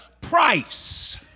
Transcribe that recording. price